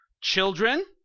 Children